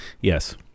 Yes